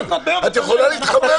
את יכולה להתחבר לזה.